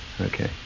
Okay